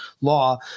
law